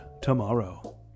tomorrow